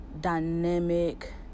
dynamic